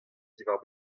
diwar